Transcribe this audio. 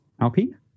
Alpine